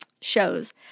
shows